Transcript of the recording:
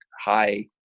high